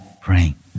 praying